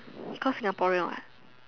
cause Singaporean what